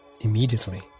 immediately